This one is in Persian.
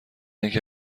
اینکه